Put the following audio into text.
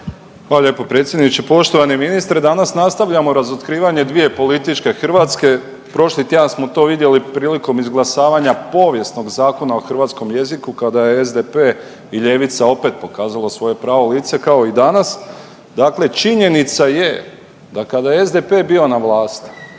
Hvala lijepo predsjedniče. Poštovani ministre, danas nastavljamo razotkrivanje dvije političke Hrvatske. Prošli tjedan smo to vidjeli prilikom izglasavanja povijesnog Zakona o hrvatskom jeziku kada je SDP i ljevica opet pokazalo svoje pravo lice kao i danas, dakle činjenica je da kada je SDP bio na vlasti